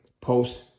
Post